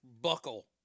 buckle